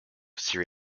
sri